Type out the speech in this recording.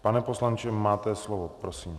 Pane poslanče, máte slovo, prosím.